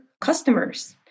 customers